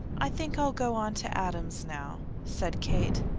i think i'll go on to adam's now, said kate.